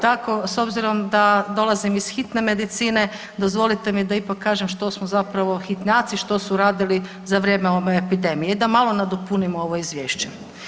Tako s obzirom da dolazim iz hitne medicine dozvolite mi da ipak kažem što su zapravo hitnjaci, što su radili za vrijeme ove epidemije i da malo nadopunim ovo izvješće.